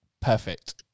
Perfect